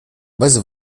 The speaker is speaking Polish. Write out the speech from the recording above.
bez